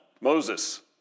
Moses